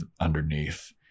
underneath